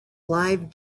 live